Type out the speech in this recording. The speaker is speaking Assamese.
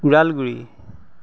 ওদালগুৰি